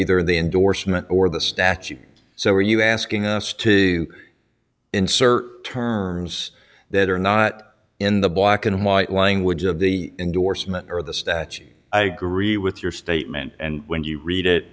either the endorsement or the statute so are you asking us to insert terms that are not in the black and white language of the indorsement or the statute i agree with your statement and when you read it